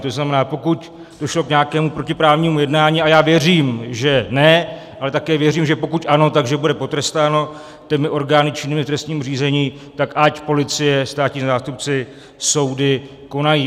To znamená, pokud došlo k nějakému protiprávnímu jednání, a já věřím, že ne, ale také věřím, že pokud ano, tak bude potrestáno těmi orgány činnými v trestním řízení, tak ať policie, státní zástupci, soudy konají.